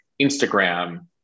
Instagram